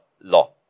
law